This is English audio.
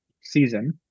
season